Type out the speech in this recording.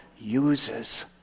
uses